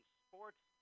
sports